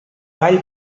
ball